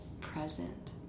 present